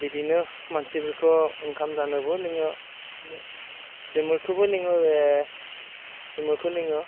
बिदिनो मानसिफोरखौ ओंखाम जानोबो लिङो बे लिङो लिङो